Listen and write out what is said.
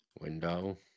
window